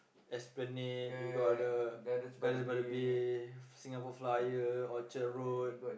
Esplanade you got the Gardens-By-The-Bay Singapore-Flyer Orchard-Road